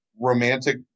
romantic